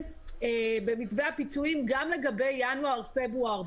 במתווה הפיצויים גם לגבי ינואר פברואר.